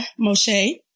Moshe